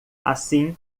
assim